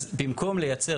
אז במקום לייצר,